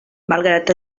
malgrat